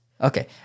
okay